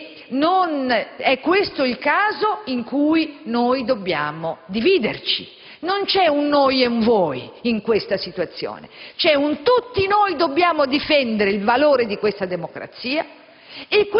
non è questo il caso in cui noi dobbiamo dividerci. Non c'è un noi e un voi in questa situazione: c'è un "tutti noi", che dobbiamo difendere il valore di questa democrazia